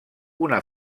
una